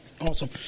Awesome